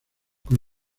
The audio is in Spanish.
con